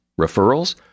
Referrals